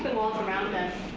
walls around and